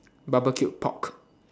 barbecued pork